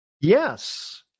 Yes